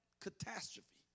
catastrophe